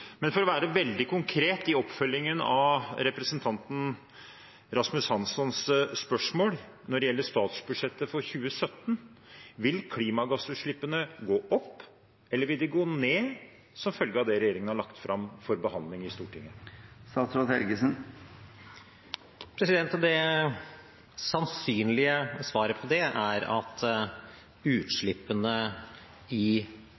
For å være veldig konkret i oppfølgingen av representanten Rasmus Hanssons spørsmål når det gjelder statsbudsjettet for 2017: Vil klimagassutslippene gå opp, eller vil de gå ned som følge av det regjeringen har lagt fram til behandling i Stortinget? Det sannsynlige svaret på det er at utslippene i